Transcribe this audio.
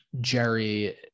Jerry